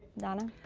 donna?